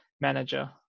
manager